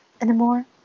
anymore